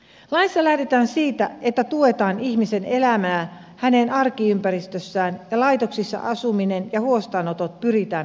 laissa lähdetään siitä että tuetaan ihmisen elämää hänen arkiympäristössään ja laitoksissa asuminen ja huostaanotot pyritään minimoimaan